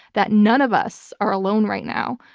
that none of us are alone right now.